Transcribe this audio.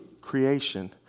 creation